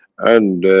and.